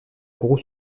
gros